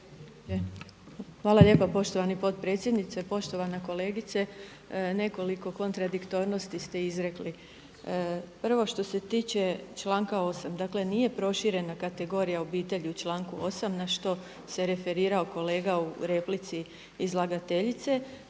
Hvala lijepa poštovani potpredsjedniče. Poštovana kolegice. Nekoliko kontradiktornosti ste izrekli. Prvo što se tiče članka 8., dakle nije proširena kategorija obitelji u članku 8. na što se referirao kolega u replici izlagateljice